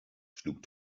schlug